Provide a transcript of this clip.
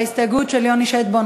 ההסתייגות של יוני שטבון,